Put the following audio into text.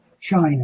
China